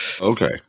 okay